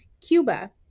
Cuba